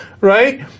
right